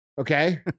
Okay